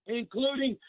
including